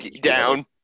Down